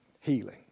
healing